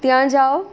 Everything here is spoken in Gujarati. ત્યાં જાવ